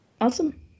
Awesome